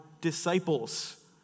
disciples